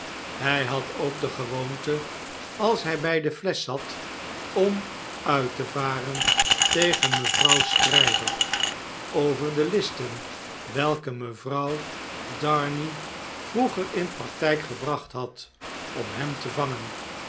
hij had ook de gewoonte als hij bjj de flesch zat om uit te varen tegen mevrouw stryver over de listen welke mevrouw darnay vroeger in praktjjk gebracht had om hem te vangen